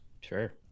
Sure